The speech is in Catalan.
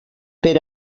per